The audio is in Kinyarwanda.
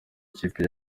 ikipe